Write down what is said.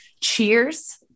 Cheers